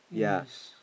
yes